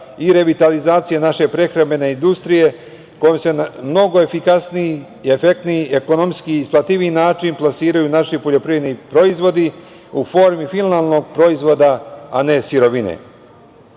i revitalizacije naše prehrambene industrije kojom se na mnogo efikasniji, efektniji, ekonomski isplativiji način plasiraju naši poljoprivredni proizvodi u formi finalnog proizvoda a ne sirovine. Ne